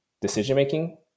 decision-making